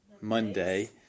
Monday